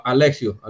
Alexio